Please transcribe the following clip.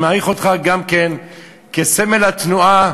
אני מעריך אותך גם כן כסמל התנועה,